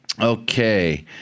okay